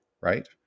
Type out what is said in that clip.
Right